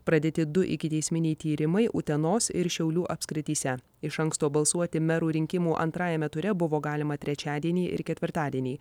pradėti du ikiteisminiai tyrimai utenos ir šiaulių apskrityse iš anksto balsuoti merų rinkimų antrajame ture buvo galima trečiadienį ir ketvirtadienį